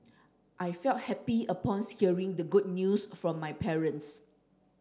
I felt happy upon hearing the good news from my parents